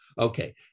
Okay